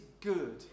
good